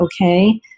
okay